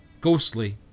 Ghostly